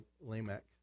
Lamech